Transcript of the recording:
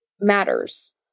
matters